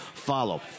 follow